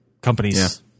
companies